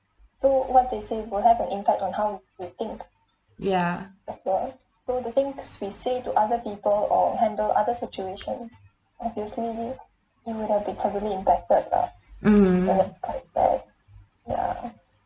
ya mm